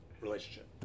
relationship